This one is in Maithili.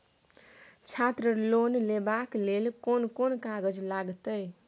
छात्र लोन लेबाक लेल कोन कोन कागज लागतै?